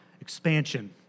expansion